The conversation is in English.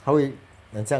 他会很像